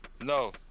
No